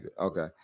Okay